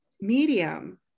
medium